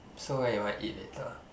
so where you want eat later